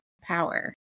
power